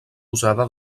usada